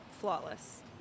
flawless